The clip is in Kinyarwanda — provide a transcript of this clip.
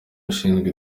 ushinzwe